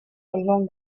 along